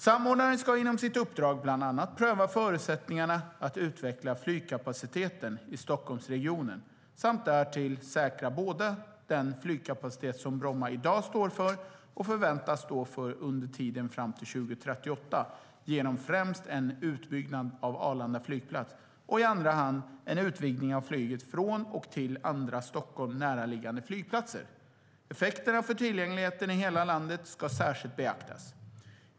Samordnaren ska inom sitt uppdrag bland annat pröva förutsättningarna att utveckla flygkapaciteten i Stockholmsregionen samt därtill säkra både den flygkapacitet som Bromma i dag står för och förväntas stå för under tiden fram till 2038 genom främst en utbyggnad av Arlanda flygplats och i andra hand en utvidgning av flyget från och till andra Stockholm närliggande flygplatser. Effekterna för tillgängligheten i hela landet ska särskilt beaktas.